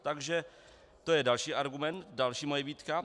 Takže to je další argument, další moje výtka.